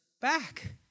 back